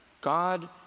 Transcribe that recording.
God